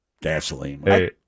gasoline